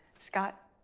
scott?